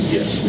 Yes